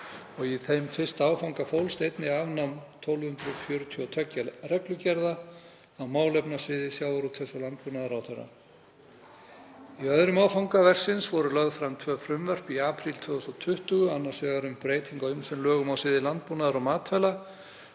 Í þeim fyrsta áfanga fólst einnig afnám 1.242 reglugerða á málefnasviði sjávarútvegs- og landbúnaðarráðherra. Í öðrum áfanga verksins voru lögð fram tvö frumvörp í apríl 2020, annars vegar um breytingu á ýmsum lögum á sviði landbúnaðar og matvæla